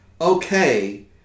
Okay